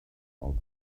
also